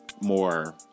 more